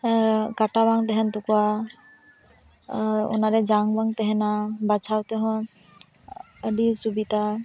ᱠᱟᱴᱟ ᱵᱟᱝ ᱛᱟᱦᱮᱱ ᱛᱟᱠᱚᱣᱟ ᱟᱨ ᱚᱱᱟᱨᱮ ᱡᱟᱝ ᱵᱟᱝ ᱛᱟᱦᱮᱱᱟ ᱵᱟᱪᱷᱟᱣ ᱛᱮᱦᱚᱸ ᱟᱹᱰᱤ ᱥᱩᱵᱤᱫᱷᱟ